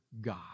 God